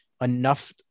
enough